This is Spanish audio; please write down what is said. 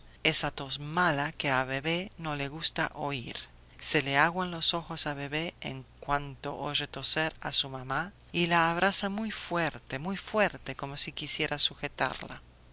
esa tos mala que a bebé no le gusta oír se le aguan los ojos a bebé en cuanto oye toser a su mamá y la abraza muy fuerte muy fuerte como si quisiera sujetarla